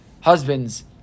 husbands